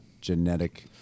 genetic